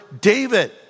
David